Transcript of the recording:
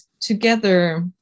Together